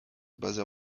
basée